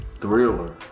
thriller